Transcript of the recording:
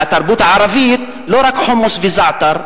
והתרבות הערבית היא לא רק חומוס וזעתר,